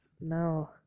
No